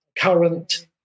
current